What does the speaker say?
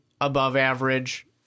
above-average